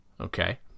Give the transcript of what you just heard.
Okay